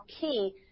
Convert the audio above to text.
key